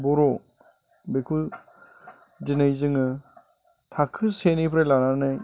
बर' बेखौ दिनै जोङो थाखो से निफ्राय लानानै